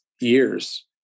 years